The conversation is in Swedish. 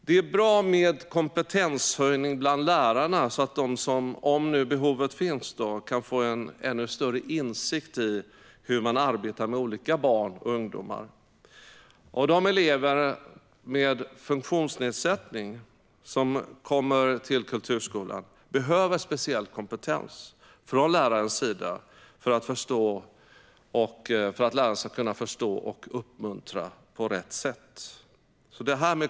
Det är bra med kompetenshöjning bland lärarna så att de, om behovet finns, kan få en ännu större insikt i hur man arbetar med olika barn och ungdomar. De elever med funktionsnedsättning som kommer till kulturskolan behöver speciell kompetens från lärarens sida för att förstå och uppmuntra på rätt sätt.